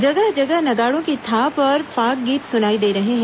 जगह जगह नगाड़ों की थाप और फाग गीत सुनाई दे रहे हैं